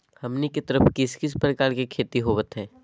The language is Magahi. हमनी के तरफ किस किस प्रकार के खेती होवत है?